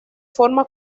forma